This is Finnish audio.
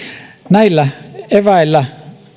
näillä eväillä